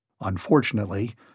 Unfortunately